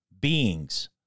beings